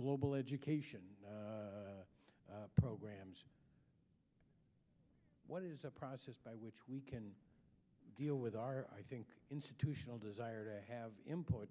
global education programs what is a process by which we can deal with our i think institutional desire to have import